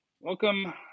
Welcome